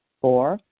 Four